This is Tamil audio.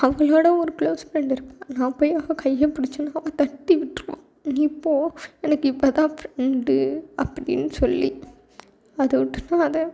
அவங்களோட ஒரு க்ளோஸ் ஃப்ரெண்ட் இருக்காங்க நான் போய் அவள் கையை பிடிச்சனா அவள் தட்டி விட்டுருவான் நீ போ எனக்கு இவள் தான் ஃப்ரெண்டு அப்படின்னு சொல்லி அதை விட்டுட்டு வந்தால்